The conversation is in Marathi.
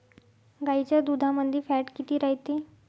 गाईच्या दुधामंदी फॅट किती रायते?